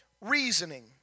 reasoning